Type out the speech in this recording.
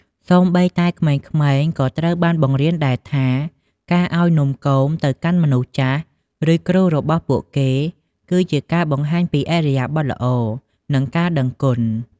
សូម្បីតែក្មេងៗក៏ត្រូវបានបង្រៀនដែរថា ការឱ្យនំគមទៅកាន់មនុស្សចាស់ ឬគ្រូរបស់ពួកគេ គឺជាការបង្ហាញពីឥរិយាបថល្អ និងការដឹងគុណ។